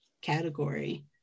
category